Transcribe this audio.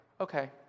okay